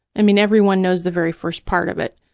i mean, everyone knows the very first part of it,